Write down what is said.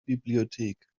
bibliothek